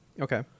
Okay